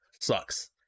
sucks